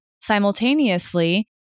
simultaneously